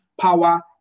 power